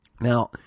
Now